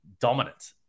dominant